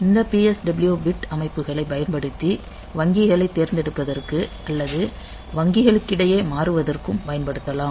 இந்த PSW bit அமைப்புகளைப் பயன்படுத்தி வங்கிகளை தேர்ந்தெடுப்பதற்கு அல்லது வங்கிகளுக்கிடையே மாறுவதற்கும் பயன்படுத்தலாம்